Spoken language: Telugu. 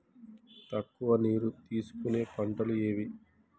తక్కువ నీరు తీసుకునే పంటలు ఏవి?